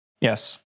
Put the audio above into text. Yes